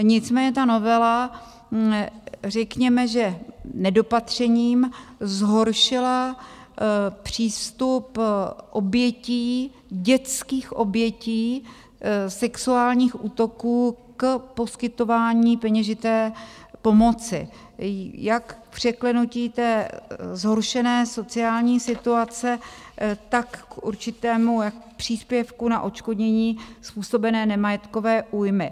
Nicméně ta novela řekněme že nedopatřením zhoršila přístup obětí, dětských obětí sexuálních útoků, k poskytování peněžité pomoci jak k překlenutí zhoršené sociální situace, tak k určitému příspěvku na odškodnění způsobené nemajetkové újmy.